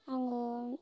आङो